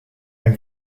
when